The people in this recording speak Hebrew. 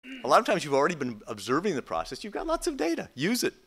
הרבה פעמים כשאתה כבר מבקש את הפרוסס, יש לך הרבה דטא. תשתמש בו.